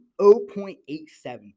0.87